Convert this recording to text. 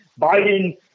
Biden